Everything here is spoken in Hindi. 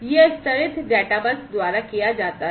यह स्तरित डेटाबस द्वारा किया जाता है